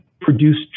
produced